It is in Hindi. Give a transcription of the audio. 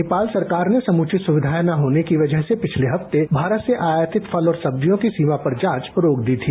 नेपाल सरकार ने समुचित सुकिधाएं न होने की वजह से पिछले हफ्ते भारत से आयातित फल और सब्जियों की सीमा पर जांच रोक दी थी